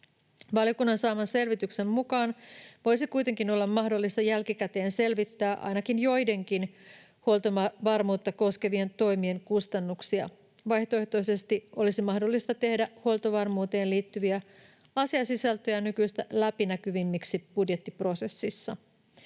Valiokunnan saaman selvityksen mukaan voisi kuitenkin olla mahdollista jälkikäteen selvittää ainakin joidenkin huoltovarmuutta koskevien toimien kustannuksia. Vaihtoehtoisesti olisi mahdollista tehdä huoltovarmuuteen liittyviä asiasisältöjä nykyistä läpinäkyvimmiksi budjettiprosessissa.